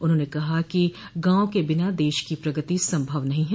उन्होंने कहा कि गांव के बिना देश की प्रगति संभव नहीं है